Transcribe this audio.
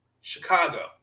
Chicago